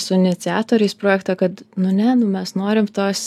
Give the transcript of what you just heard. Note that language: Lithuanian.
su iniciatoriais projekto kad nu ne nu mes norim tos